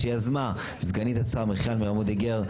שיזמה סגנית השר מיכל מרים וולדיגר,